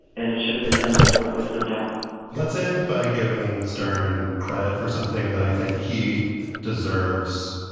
and it should have been done before. there's no doubt let's end by giving stern credit for something that i think he deserves.